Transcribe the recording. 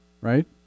right